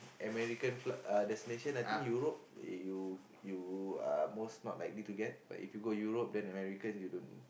American fli~ uh destination I think Europe you you uh most not likely to get but if you go Europe then American you don't